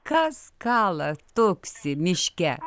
kas kala tuksi miške